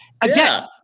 again